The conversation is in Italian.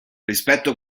rispetto